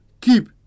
keep